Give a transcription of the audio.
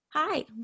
Hi